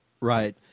Right